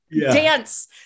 dance